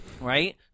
Right